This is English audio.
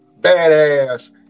badass